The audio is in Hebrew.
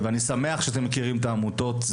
אני שמח שאתם מכירים את העמותות,